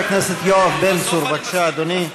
חבר הכנסת יואב בן צור, בבקשה, אדוני,